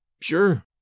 Sure